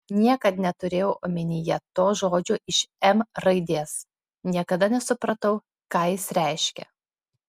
niekad neturėjau omenyje to žodžio iš m raidės niekada nesupratau ką jis reiškia